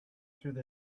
through